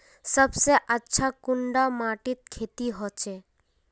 सबसे अच्छा कुंडा माटित खेती होचे?